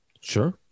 Sure